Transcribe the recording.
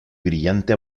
brillante